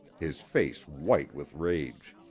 his face white with rage.